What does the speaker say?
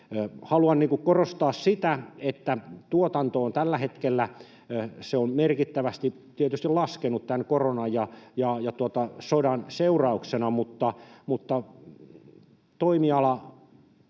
Haluan korostaa sitä, että tuotanto on tällä hetkellä merkittävästi tietysti laskenut koronan ja sodan seurauksena, mutta toimiala